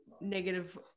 negative